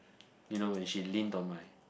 you know when she lean on my